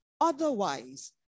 Otherwise